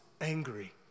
angry